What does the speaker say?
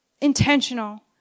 intentional